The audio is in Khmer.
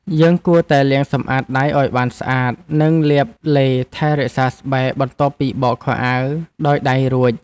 យើងគួរតែលាងសម្អាតដៃឱ្យបានស្អាត និងលាបឡេថែរក្សាស្បែកបន្ទាប់ពីបោកខោអាវដោយដៃរួច។